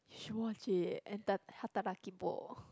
you watch it and the hataraki bo